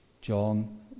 John